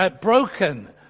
broken